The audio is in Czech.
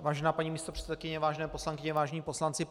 Vážená paní místopředsedkyně, vážené poslankyně, vážení poslanci,